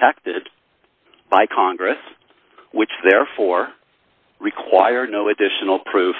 protected by congress which therefore require no additional proof